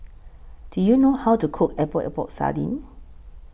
Do YOU know How to Cook Epok Epok Sardin